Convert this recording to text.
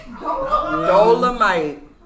Dolomite